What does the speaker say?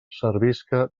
servisca